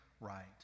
right